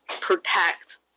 protect